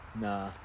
nah